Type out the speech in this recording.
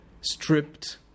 stripped